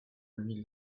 lui